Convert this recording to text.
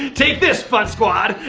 take this fun squad!